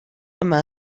yma